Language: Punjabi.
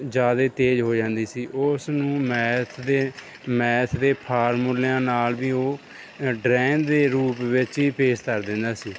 ਜ਼ਿਆਦਾ ਤੇਜ਼ ਹੋ ਜਾਂਦੀ ਸੀ ਉਸ ਨੂੰ ਮੈਥ ਦੇ ਮੈਥ ਦੇ ਫਾਰਮੂਲਿਆਂ ਨਾਲ ਵੀ ਉਹ ਡਰੈਂਨ ਦੇ ਰੂਪ ਵਿੱਚ ਹੀ ਪੇਸ਼ ਤਰ ਦਿੰਦਾ ਸੀ